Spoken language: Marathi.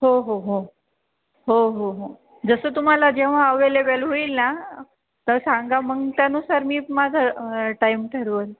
हो हो हो हो हो हो जसं तुम्हाला जेव्हा अवेलेबल होईल ना तर सांगा मग त्यानुसार मी माझं टाईम ठरवेन